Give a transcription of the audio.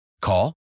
Call